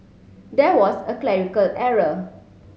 there was a clerical error